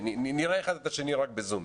נראה אחד את השני רק בזום.